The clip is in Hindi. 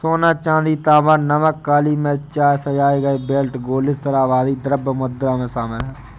सोना, चांदी, तांबा, नमक, काली मिर्च, चाय, सजाए गए बेल्ट, गोले, शराब, आदि द्रव्य मुद्रा में शामिल हैं